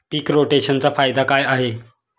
पीक रोटेशनचा फायदा काय आहे?